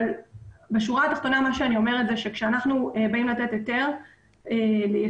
בשורה התחתונה אני אומרת שכאשר אנחנו באים לתת היתר ליצוא,